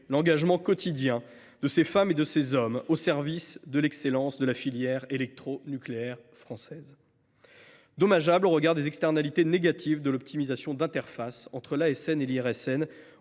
l’engagement quotidien de ces femmes et de ces hommes au service de l’excellence de la filière électronucléaire française. Elle pourrait être dommageable ensuite au regard des externalités négatives de l’optimisation d’interface entre l’ASN et l’IRSN,